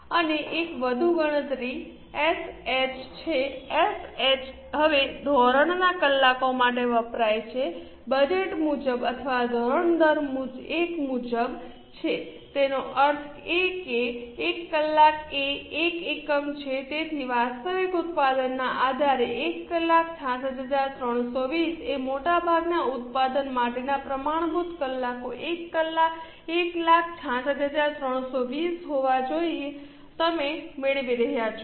અને એક વધુ ગણતરી એસએચ છે એસએચ હવે ધોરણના કલાકો માટે વપરાય છે બજેટ મુજબ અથવા ધોરણો દર 1 મુજબ છે એનો અર્થ એ કે 1 કલાક એ 1 એકમ છે તેથી જ વાસ્તવિક ઉત્પાદનના આધારે કે 166320 એ મોટાભાગના ઉત્પાદન માટેના પ્રમાણભૂત કલાકો 166320 હોવા જોઈએ તમે મેળવી રહ્યાં છો